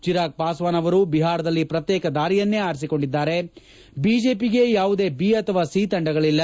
ಚಿರಾಗ್ ಪಾಸ್ವಾನ್ ಅವರು ಬಿಹಾರದಲ್ಲಿ ಪ್ರತ್ಯೇಕ ದಾರಿಯನ್ನೇ ಆರಿಸಿಕೊಂಡಿದ್ದಾರೆ ಬಿಜೆಪಿಗೆ ಯಾವುದೇ ಬಿ ಅಥವಾ ಸಿ ತಂಡಗಳಿಲ್ಲ